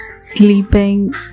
sleeping